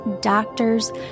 doctors